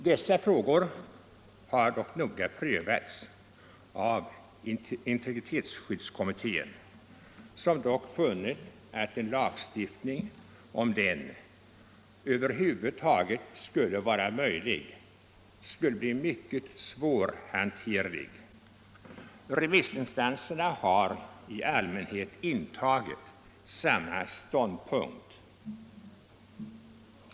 Dessa frågor har noga prövats av integritetsskyddskommittén, som dock har funnit att en lagstiftning, om den över huvud taget är möjlig, skulle bli mycket svårhanterlig. Remissinstanserna har i allmänhet intagit samma ståndpunkt.